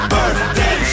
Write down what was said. Birthday